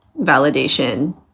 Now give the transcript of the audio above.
validation